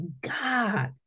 God